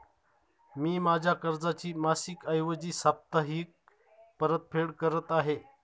मी माझ्या कर्जाची मासिक ऐवजी साप्ताहिक परतफेड करत आहे